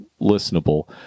listenable